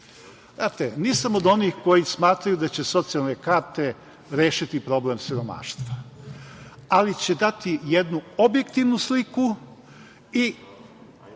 više. Znate, nisam od onih koji smatraju da će socijalne karte rešiti problem siromaštva, ali će dati jednu objektivnu sliku i